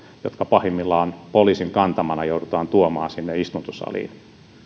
jotka pahimmillaan poliisin kantamana joudutaan tuomaan sinne istuntosaliin